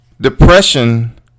depression